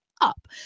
up